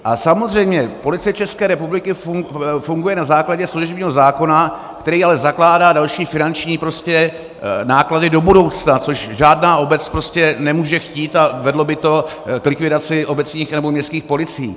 A samozřejmě Policie České republiky funguje na základě služebního zákona, který ale zakládá další finanční náklady do budoucna, což žádná obec nemůže chtít, a vedlo by to k likvidaci obecních nebo městských policií.